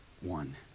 one